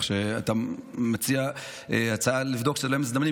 אתה מציע לבדוק שלא יהיו מזדמנים,